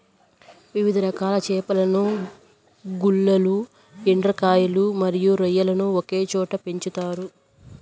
వివిధ రకాల చేపలను, గుల్లలు, ఎండ్రకాయలు మరియు రొయ్యలను ఒకే చోట పెంచుతారు